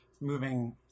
moving